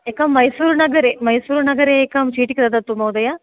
एकं मैसूरु नगरे मैसूरु नगरे एकां चीटिकां ददातु महोदय